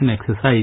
exercise